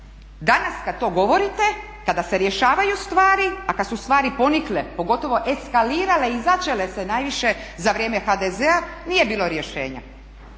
danas kad to govorite, kada se rješavaju stvari, a kad su stvari ponikle, pogotovo eskalirale i začele se najviše za vrijeme HDZ-a nije bilo rješenja.